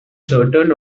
certain